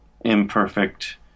imperfect